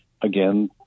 again